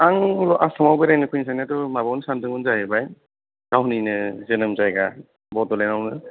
आं आसामाव बेरायनो फैनो साननायाथ' माबायावनो सानदोंमोन जाहैबाय गावनिनो जोनोम जायगा बड'लेण्ड आवनो